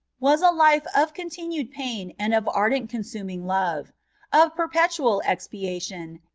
was a life of continued pain and of ardent consuming love of perpetuai expiation,